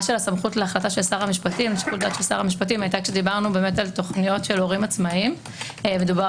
הסמכות להחלטת שר המשפטים הייתה כשדיברנו על תכניות של הורים עצמאיים ודובר